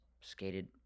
skated